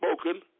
spoken